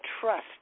trust